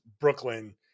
Brooklyn